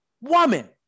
woman